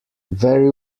very